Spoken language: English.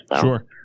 Sure